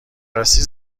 راستی